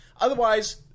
Otherwise